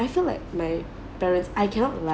I feel like my parents I cannot like